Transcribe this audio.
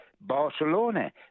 Barcelona